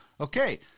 okay